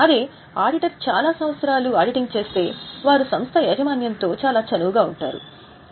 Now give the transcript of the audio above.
అదే ఆడిటర్ చాలా సంవత్సరాలు ఆడిటింగ్ చేస్తే వారు సంస్థ యాజమాన్యంతో చాలా చనువుగా ఉంటారు